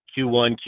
Q1